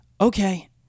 Okay